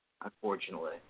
unfortunately